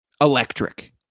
electric